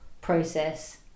process